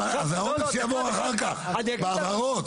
אז העומס יבוא אחר כך, בהבהרות.